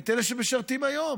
את אלה שמשרתים היום.